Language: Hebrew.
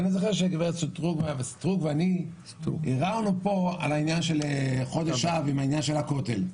חברת הכנסת סטרוק ואני ערערנו פה על העניין של חודש אב בכל הנוגע לכותל.